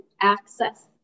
access